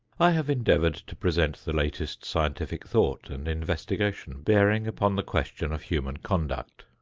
i have endeavored to present the latest scientific thought and investigation bearing upon the question of human conduct.